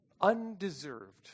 Undeserved